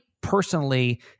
personally